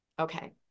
Okay